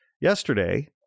yesterday